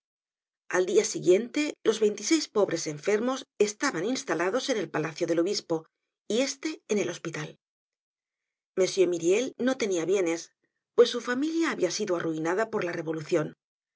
al dia siguiente los veintiseis pobres enfermos estaban instalados en el palacio del obispo y este en el hospital m myriel no tenia bienes pues su familia habia sido arruinada por la revolucion